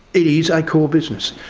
it is a core business.